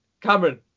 Cameron